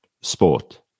sport